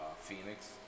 Phoenix